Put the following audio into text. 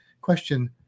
question